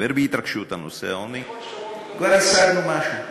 ולדבר בהתרגשות על נושא העוני, כבר השגנו משהו.